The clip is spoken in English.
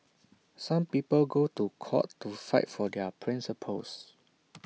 some people go to court to fight for their principles